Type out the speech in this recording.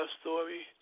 story